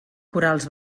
corals